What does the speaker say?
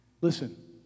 Listen